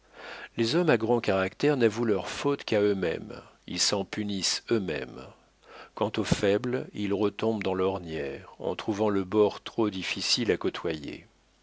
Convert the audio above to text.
les hommes à grands caractères n'avouent leurs fautes qu'à eux-mêmes ils s'en punissent eux-mêmes quant aux faibles ils retombent dans l'ornière en trouvant le bord trop difficile à côtoyer